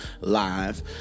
live